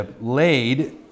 laid